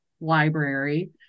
library